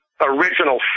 original